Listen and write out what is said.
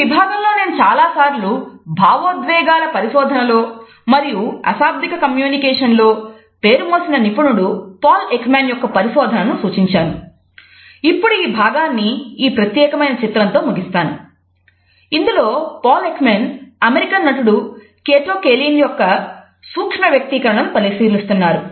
ఈ విభాగంలో నేను చాలాసార్లు భావోద్వేగాల పరిశోధనలో మరియు అశాబ్దిక కమ్యూనికేషన్ యొక్క సూక్ష్మ వ్యక్తీకరణలను పరిశీలిస్తున్నారు